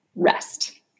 rest